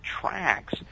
tracks